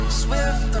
swift